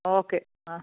okay